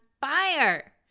fire